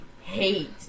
hate